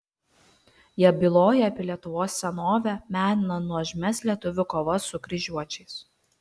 jie byloja apie lietuvos senovę mena nuožmias lietuvių kovas su kryžiuočiais